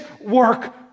work